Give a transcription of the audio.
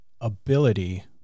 ability